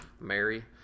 Mary